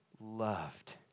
loved